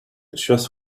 just